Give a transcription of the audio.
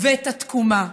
ואת התקומה,